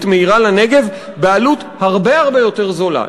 מהירה לנגב בעלות הרבה הרבה יותר זולה.